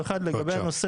בנושא